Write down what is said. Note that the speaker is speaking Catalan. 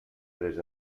tres